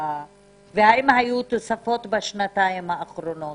והאם היו תוספות בשנתיים האחרונות?